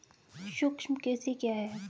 सूक्ष्म कृषि क्या है?